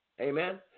Amen